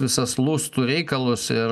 visas lustų reikalus ir